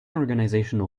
organizational